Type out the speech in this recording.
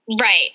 right